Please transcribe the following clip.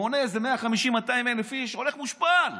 מונה איזה 200,000-150,000 איש, הולך מושפל.